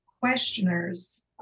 questioners